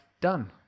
done